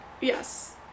Yes